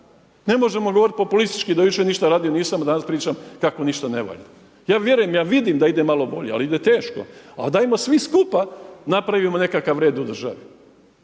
Ne možemo govoriti populistički do jučer ništa radio nisam a danas pričam kako ništa ne valja. Ja vjerujem, ja vidim da ide malo bolje ali ide teško. A dajmo svi skupa napravimo nekakav red u državi.